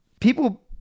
people